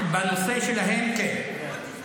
בנושא שלהם, כן.